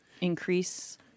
increase